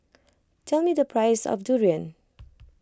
tell me the price of durian